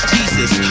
Jesus